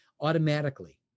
automatically